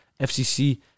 fcc